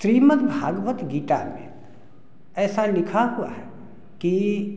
श्रीमद्भगवत गीता में ऐसे लिखा हुआ है कि